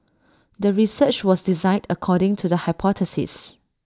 the research was designed according to the hypothesis